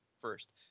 first